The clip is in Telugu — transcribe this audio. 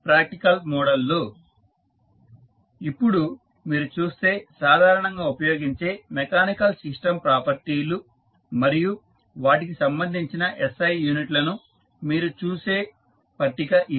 స్లైడ్ సమయం 1312 చూడండి ఇప్పుడు మీరు చూస్తే సాధారణంగా ఉపయోగించే మెకానికల్ సిస్టం ప్రాపర్టీలు మరియు వాటికి సంబంధించిన SI యూనిట్ లను మీకు చూపే పట్టిక ఇది